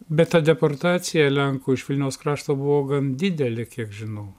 bet ta deportacija lenkų iš vilniaus krašto buvo gan didelė kiek žinau